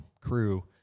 crew